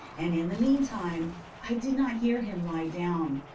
and in the meantime i did not hear him lie down.